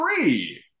three